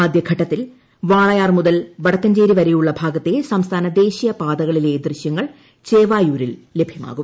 ആദ്യ ഘട്ടത്തിൽ വാളയാർ മുതൽ വടക്കഞ്ചേരി വരെയുള്ളൂ ഭാഗത്തെ സംസ്ഥാന ദേശീയ പാതകളിലെ ദൃശ്യങ്ങൾ ചേവായൂരിൽ ലഭ്യമാകും